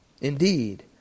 Indeed